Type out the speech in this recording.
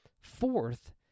Fourth